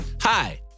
Hi